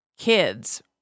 Kids